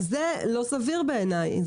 זה לא סביר בעיניי.